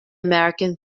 american